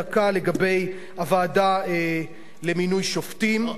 דקה לגבי הוועדה למינוי שופטים.